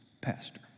Pastor